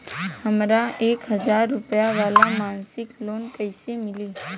हमरा एक हज़ार रुपया वाला मासिक लोन कईसे मिली?